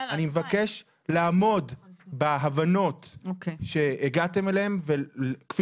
אני מבקש לעמוד בהבנות שהגעתם אליהם וכפי